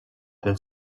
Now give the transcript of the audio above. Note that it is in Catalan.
del